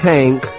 Tank